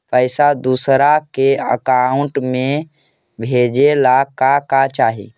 पैसा दूसरा के अकाउंट में भेजे ला का का चाही?